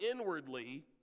inwardly